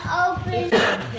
open